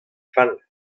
fall